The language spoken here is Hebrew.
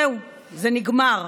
זהו, זה נגמר.